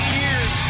years